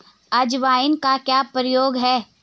अजवाइन का क्या प्रयोग है?